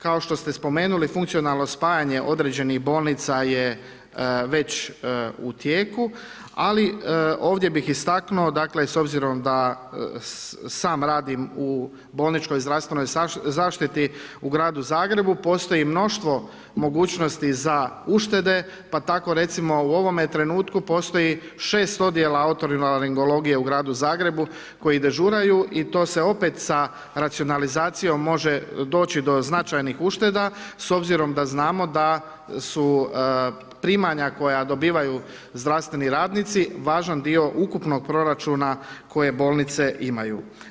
Kao što ste spomenuli funkcionalno spajanje određenih bolnica je već u tijeku, ali ovdje bih istaknuo s obzirom da sam radim u bolničkoj zdravstvenoj zaštiti u gradu Zagrebu postoji mnoštvo mogućnosti za uštede pa tako recimo u ovome trenutku postoji 6 odijela otorinolaringologije u gradu Zagrebu koji dežuraju i to se opet sa racionalizacijom može doći do značajnih ušteda s obzirom da znamo da su primanja koja dobivaju zdravstveni radnici važan dio ukupnog proračuna kojeg bolnice imaju.